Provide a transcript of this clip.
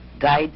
guide